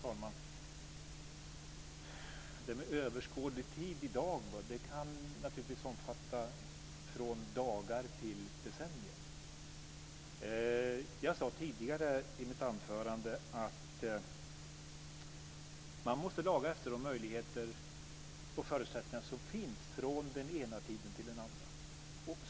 Fru talman! Överskådlig tid kan naturligtvis omfatta alltifrån dagar till decennier. Jag sade tidigare i mitt anförande att man måste laga efter de möjligheter och förutsättningar som finns från den ena tiden till den andra.